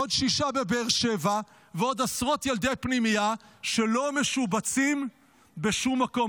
עוד שישה בבאר שבע ועוד עשרות ילדי פנימייה שלא משובצים בשום מקום.